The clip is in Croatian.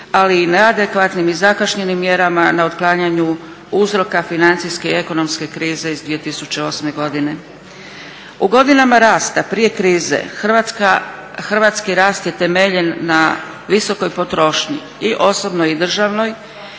ali i neadekvatnim i zakašnjelim mjerama na otklanjanju uzroka financijske i ekonomske krize iz 2008. godine. U godinama rasta prije krize, Hrvatski rast je temeljen na visokoj potrošnji i osobnoj i državnoj,